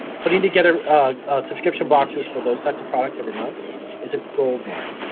putting together a subscription boxes for those types of products every month is a gold mine.